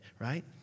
right